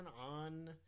on